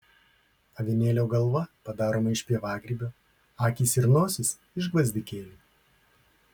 avinėlio galva padaroma iš pievagrybio akys ir nosis iš gvazdikėlių